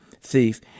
thief